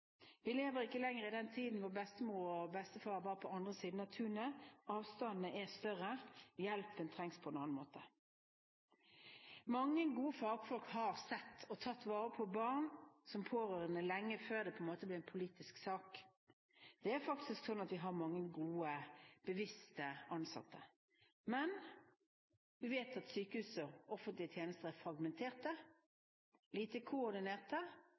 Vi lever ikke lenger i den tiden da bestemor eller bestefar var på andre siden av tunet. Avstandene er større, hjelpen trengs på en annen måte. Mange gode fagfolk har sett og tatt vare på barn som pårørende lenge før det på en måte ble en politisk sak. Det er faktisk sånn at vi har mange gode, bevisste ansatte, men vi vet at sykehus og offentlige tjenester er fragmenterte, lite koordinerte,